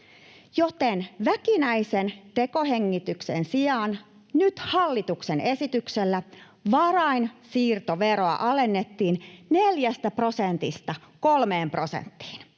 joten väkinäisen tekohengityksen sijaan nyt hallituksen esityksellä varainsiirtoveroa alennettiin 4 prosentista 3 prosenttiin,